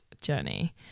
journey